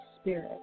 Spirit